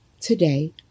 today